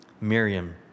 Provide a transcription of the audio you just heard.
Miriam